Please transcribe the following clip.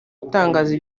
itangaza